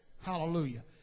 Hallelujah